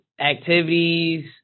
activities